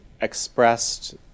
expressed